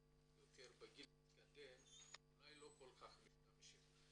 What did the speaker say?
בגיל יותר מתקדם ואולי לא כל כך משתמשים בזה.